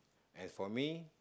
as for me